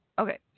Okay